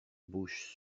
bouches